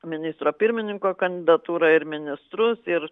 ministro pirmininko kandidatūrą ir ministrus ir